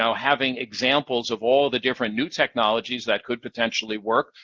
so having examples of all the different new technologies that could potentially work,